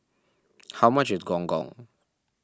how much is Gong Gong